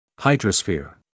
Hydrosphere